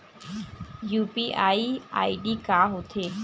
UPI ID का होथे?